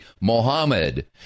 Mohammed